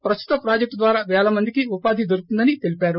ప్రస్తుత ప్రాజెక్టు ద్వారా పేల మందికి ఉపాధి దొరుకుతుందని తెలిపారు